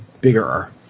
bigger